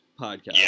podcast